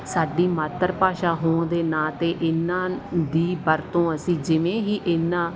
ਸਾਡੀ ਮਾਤਰ ਭਾਸ਼ਾ ਹੋਣ ਦੇ ਨਾਂ 'ਤੇ ਇਹਨਾਂ ਦੀ ਵਰਤੋਂ ਅਸੀਂ ਜਿਵੇਂ ਹੀ ਇਹਨਾਂ